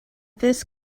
this